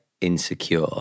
insecure